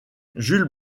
jules